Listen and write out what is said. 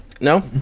No